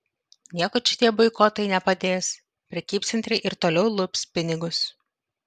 nieko čia tie boikotai nepadės prekybcentriai ir toliau lups pinigus